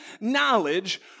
knowledge